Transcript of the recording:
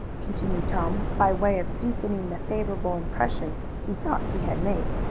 continued tom, by way of deepening the favorable impression he thought he had made.